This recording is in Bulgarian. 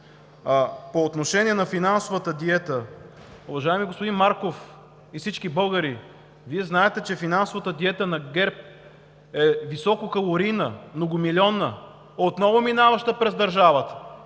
По отношение на „финансовата диета“ – уважаеми господин Марков и всички българи, Вие знаете, че финансовата диета на ГЕРБ е висококалорийна, многомилионна, отново минаваща през държавата